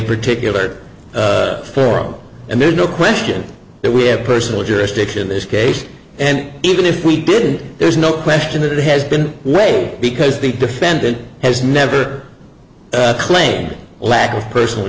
particular forum and there's no question that we have personal jurisdiction this case and even if we did there's no question that it has been way because the defendant has never claimed lack of personal